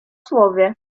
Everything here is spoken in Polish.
słowie